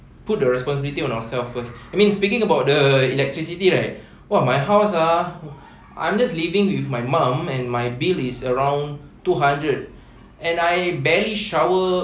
put the responsibility on ourselves first I mean speaking about the electricity right !wah! my house ah I'm just living with my mum and my bill is around two hundred and I barely shower